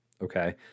okay